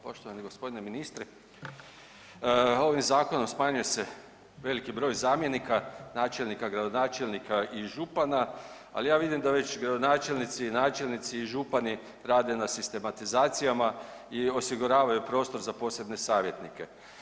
Poštovani g. ministre, ovim zakonom smanjuje se veliki broj zamjenika, načelnika, gradonačelnika i župana, al ja vidim da već gradonačelnici i načelnici i župani rade na sistematizacijama i osiguravaju prostor za posebne savjetnike.